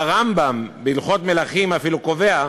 והרמב"ם בהלכות מלכים אפילו קובע: